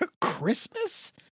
Christmas